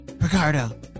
Ricardo